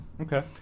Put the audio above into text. Okay